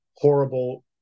horrible